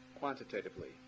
Quantitatively